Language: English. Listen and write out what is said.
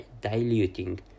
diluting